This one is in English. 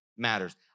matters